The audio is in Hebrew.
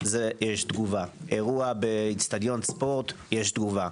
יש תגובה, אירוע באצטדיון ספורט יש תגובה.